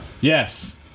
Yes